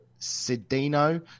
Sidino